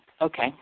okay